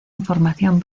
información